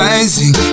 Rising